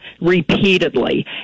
repeatedly